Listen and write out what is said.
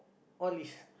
all is